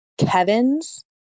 Kevins